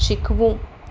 શીખવું